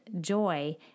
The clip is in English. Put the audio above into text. joy